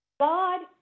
god